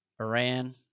Iran